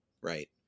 right